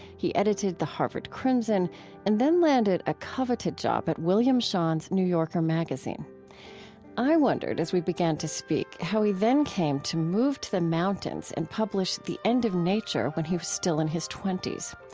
he edited the harvard crimson and then landed a coveted job at william shawn's new yorkermagazine. i wondered, as we began to speak, how he then came to move to the mountains and publish the end of nature when he was still in his twenty s.